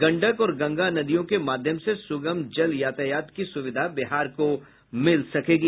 गंडक और गंगा नदियों के माध्यम से सुगम जल यातायात की सुविधा बिहार को मिल सकेगी